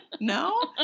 no